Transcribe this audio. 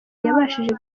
yabashije